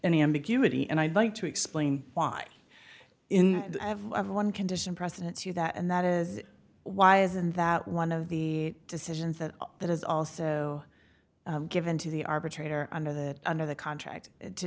any ambiguity and i'd like to explain why in the one condition precedent to that and that is why isn't that one of the decisions that that is also given to the arbitrator under that under the contract to